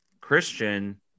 christian